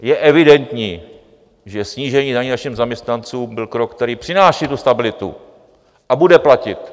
Je evidentní, že snížení daní našim zaměstnancům byl krok, který přináší tu stabilitu a bude platit.